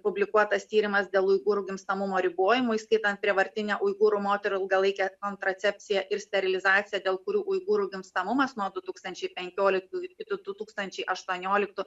publikuotas tyrimas dėl uigūrų gimtamumo ribojimo įskaitant prievartinę uigūrų moterų ilgalaikę kontracepciją ir sterilizaciją dėl kurių uigūrų gimstamumas nuo du tūkstančiai penkioliktų iki du tūkstančiai aštuonioliktų